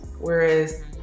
Whereas